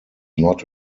not